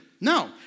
No